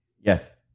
Yes